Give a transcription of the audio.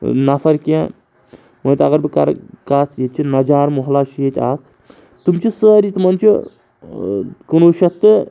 نَفَر کینٛہہ مٲنتو اگر بہٕ کَرٕ کَتھ ییٚتہِ چھِ نَجار مُحلہ چھِ ییٚتہِ اَکھ تِم چھِ سٲری تِمَن چھُ کُنوُہ شَیٚھ تہٕ